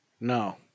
No